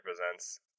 represents